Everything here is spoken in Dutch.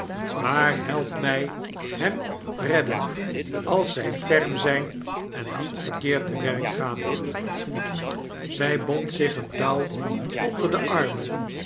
maar helpt my hem redden als zy ferm zyn en niet verkeerd te werk gaanl zy bond zich een touw onder de armen